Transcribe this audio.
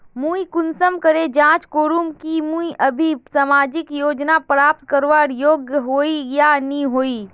मुई कुंसम करे जाँच करूम की अभी मुई सामाजिक योजना प्राप्त करवार योग्य होई या नी होई?